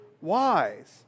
wise